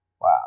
Wow